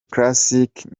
classic